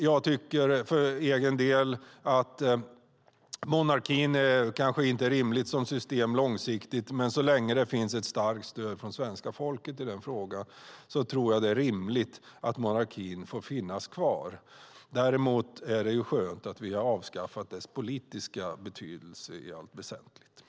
Jag tycker att monarkin kanske inte är ett bra system långsiktigt, men så länge det finns ett starkt stöd för den hos svenska folket tror jag att det är rimligt att monarkin får finnas kvar. Däremot är det skönt att vi har avskaffat dess politiska betydelse i allt väsentligt.